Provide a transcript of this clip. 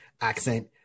accent